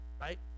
Right